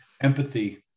empathy